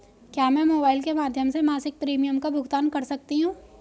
क्या मैं मोबाइल के माध्यम से मासिक प्रिमियम का भुगतान कर सकती हूँ?